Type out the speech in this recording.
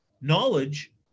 knowledge